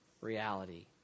reality